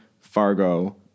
Fargo